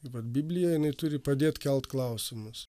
vat biblija jinai turi padėt kelt klausimus